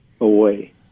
away